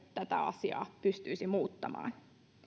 tätä asiaa pystyisi muuttamaan